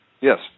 Yes